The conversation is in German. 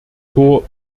tor